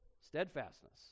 Steadfastness